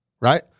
right